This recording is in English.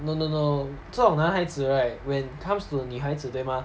no no no 这种男孩子 right when comes to 女孩子对吗